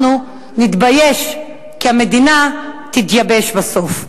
אנחנו נתבייש כי המדינה תתייבש בסוף.